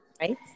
right